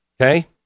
okay